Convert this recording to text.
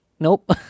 Nope